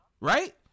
right